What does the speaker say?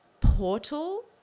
portal